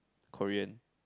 Korean